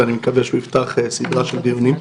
ואני מקווה שהוא יפתח סדרה של דיונים.